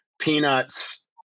peanuts